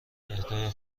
اهدای